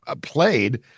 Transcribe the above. played